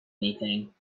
anything